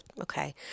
Okay